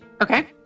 Okay